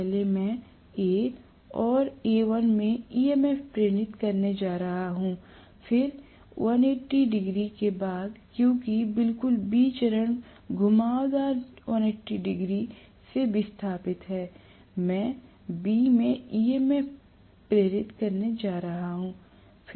पहले मैं A और Al में EMF प्रेरित करने जा रहा हूं फिर 120 डिग्री के बाद क्योंकि बिल्कुल B चरण घुमावदार 120 डिग्री से विस्थापित है मैं B में EMF प्रेरित करने जा रहा हूं